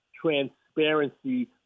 transparency